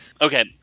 okay